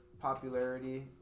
popularity